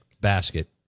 basket